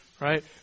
right